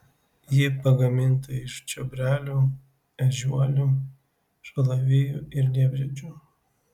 ji pagaminta iš čiobrelių ežiuolių šalavijų ir liepžiedžių